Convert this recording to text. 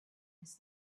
his